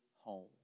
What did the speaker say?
home